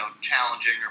challenging